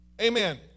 Amen